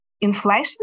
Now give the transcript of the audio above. inflation